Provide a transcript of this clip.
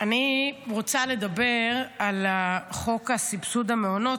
אני רוצה לדבר על חוק סבסוד המעונות,